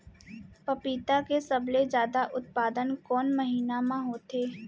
पपीता के सबले जादा उत्पादन कोन महीना में होथे?